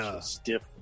Stiff